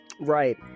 Right